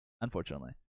unfortunately